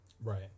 Right